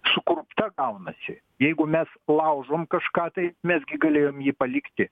sukurpta gaunasi jeigu mes laužom kažką tai mes gi galėjom jį palikti